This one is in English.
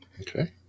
Okay